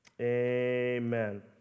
amen